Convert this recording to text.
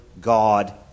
God